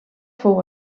fou